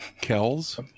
Kells